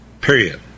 period